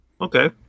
Okay